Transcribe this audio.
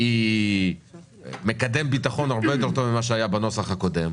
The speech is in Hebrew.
היא מקדם ביטחון הרבה יותר טוב ממה שהיה בנוסח הקודם,